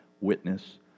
witness